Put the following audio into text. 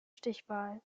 stichwahl